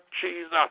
Jesus